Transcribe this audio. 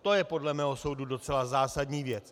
To je podle mého soudu docela zásadní věc.